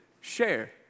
share